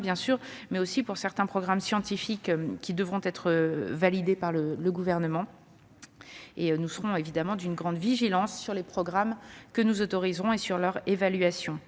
bien sûr, mais aussi pour certains programmes scientifiques qui devront être validés par le Gouvernement. Nous serons évidemment d'une grande vigilance sur les programmes que nous autoriserons et sur leur évaluation.